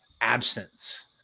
absence